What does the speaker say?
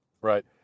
Right